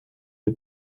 the